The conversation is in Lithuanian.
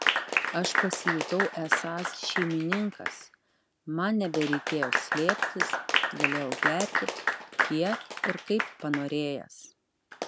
aš pasijutau esąs šeimininkas man nebereikėjo slėptis galėjau gerti kiek ir kaip panorėjęs